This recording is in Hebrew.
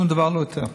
שום דבר לא יותר.